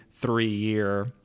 three-year